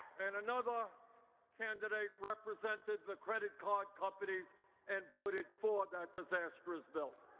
and another candidate represented the credit card companies and voted for that disastrous bill.